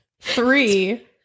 Three